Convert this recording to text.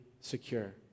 secure